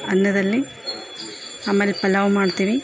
ಅನ್ನದಲ್ಲಿ ಆಮೇಲೆ ಪಲಾವು ಮಾಡ್ತೀವಿ